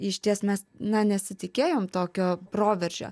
išties mes na nesitikėjom tokio proveržio